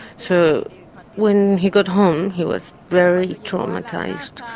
so when he got home he was very traumatised,